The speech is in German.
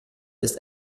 ist